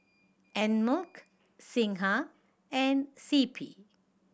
Einmilk Singha and C P